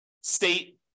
state